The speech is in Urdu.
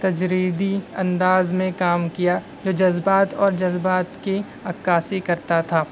تجریدی انداز میں کام کیا جو جذبات اور جذبات کی عکاسی کرتا تھا